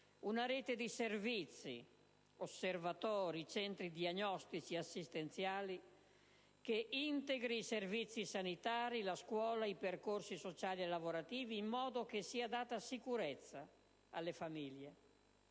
una rete di servizi, osservatori, centri diagnostici e assistenziali, che integri i servizi sanitari, la scuola, i percorsi sociali e lavorativi, in modo che sia data sicurezza alle famiglie,